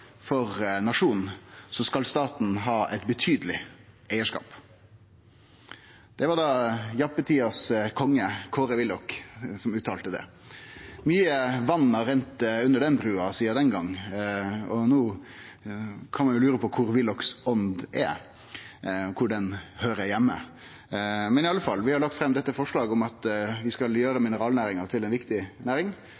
skal staten ha ein betydeleg eigarskap. Det var altså kongen av jappetida, Kåre Willoch, som uttalte det. Mykje vatn har runne under den brua sidan den gongen, og no kan ein lure på kvar Kåre Willochs ånd er og høyrer heime. Men iallfall: Vi har lagt fram dette forslaget om at vi skal gjere